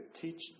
teach